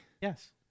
Yes